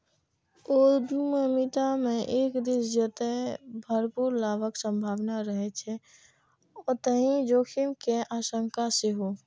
उद्यमिता मे एक दिस जतय भरपूर लाभक संभावना रहै छै, ओतहि जोखिम के आशंका सेहो